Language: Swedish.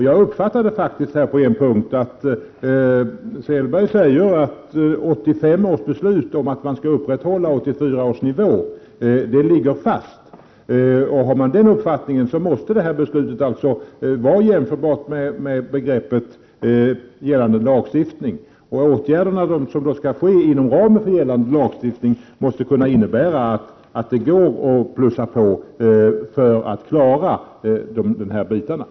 Jag uppfattade vidare att Selberg sade att 1985 års beslut om att man skall upprätthålla 1984 års nivå ligger fast. Utgår man från den uppfattningen måste innebörden av detta beslut vara densamma som innebörden av gällande lagstiftning. I de åtgärder som skall vidtas inom ramen för gällande lagstiftning måste också ingå att man kan plussa på för att klara denna målsättning.